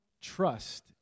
Trust